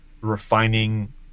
refining